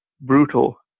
brutal